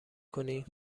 کنی